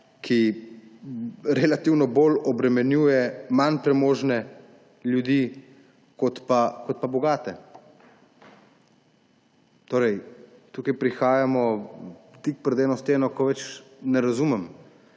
ki relativno bolj obremenjuje manj premožne ljudi kot pa bogate. Tukaj torej prihajamo tik pred eno steno, ko ne razumem